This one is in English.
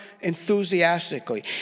enthusiastically